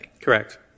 Correct